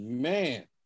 Man